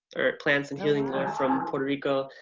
or plants and healing from puerto rico.